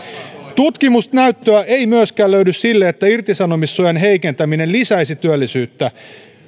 tutkimusnäyttöä ei myöskään löydy sille että irtisanomissuojan heikentäminen lisäisi työllisyyttä